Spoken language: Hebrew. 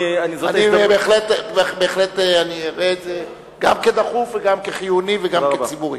בהחלט אני אראה את זה גם כדחוף וגם כחיוני וגם כציבורי.